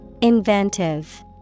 Inventive